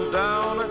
down